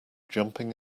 jumping